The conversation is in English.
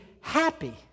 happy